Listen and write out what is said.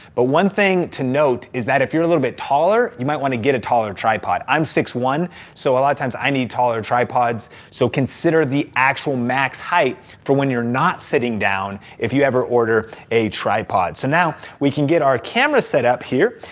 but one thing to note is that if you're a little bit taller, you might wanna get a taller tripod. i'm six zero one so a lot of times, i need taller tripods. so consider the actual max height for when you're not sitting down, if you ever order a tripod. so now, we can get our camera set up here.